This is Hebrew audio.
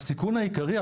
הסיכון העיקרי,